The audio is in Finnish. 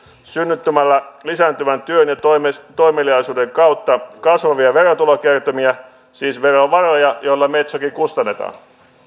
synnyttämällä lisääntyvän työn ja toimeliaisuuden kautta kasvavia verotulokertymiä siis verovaroja joilla metsokin kustannetaan